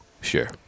Sure